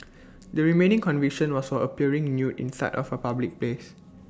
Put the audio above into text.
the remaining conviction was appearing nude in sight of A public place